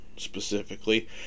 Specifically